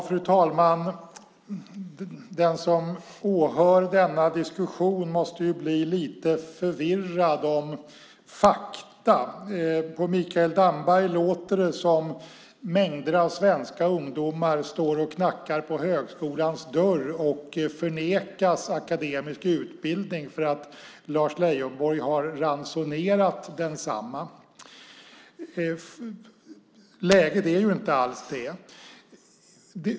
Fru talman! Den som åhör denna diskussion måste bli lite förvirrad om fakta. På Mikael Damberg låter det som om mängder av svenska ungdomar står och knackar på högskolans dörr och förnekas akademisk utbildning för att Lars Leijonborg har ransonerat densamma. Läget är inte alls det.